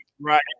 right